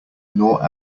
nor